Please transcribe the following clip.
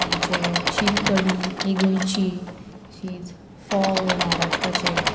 आमची शीत कडी ही गोंयची अशीच फोव हे महाराष्ट्राचे